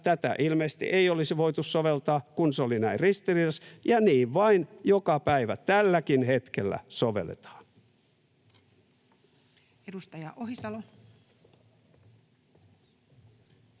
tätä ilmeisesti ei olisi voitu soveltaa, kun se oli näin ristiriidassa — ja niin vain joka päivä tälläkin hetkellä sovelletaan.